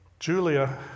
Julia